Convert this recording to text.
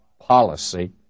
policy